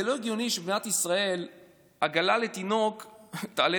זה לא הגיוני שבמדינת ישראל עגלה לתינוק תעלה